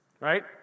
Right